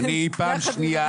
אני רק שליחה.